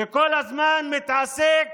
שכל הזמן מתעסק